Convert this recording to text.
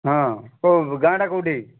ହଁ କୋଉ ଗାଁ ଟା କୋଉଠି